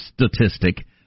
statistic